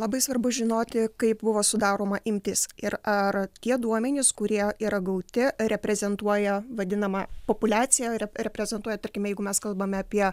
labai svarbu žinoti kaip buvo sudaroma imtis ir ar tie duomenys kurie yra gauti reprezentuoja vadinamą populiaciją reprezentuoja tarkime jeigu mes kalbame apie